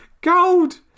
gold